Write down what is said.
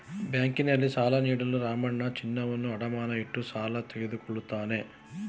ಬ್ಯಾಂಕ್ನಲ್ಲಿ ಸಾಲ ನೀಡಲು ರಾಮಣ್ಣ ಚಿನ್ನವನ್ನು ಅಡಮಾನ ಇಟ್ಟು ಸಾಲ ತಗೊಂಡ